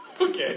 Okay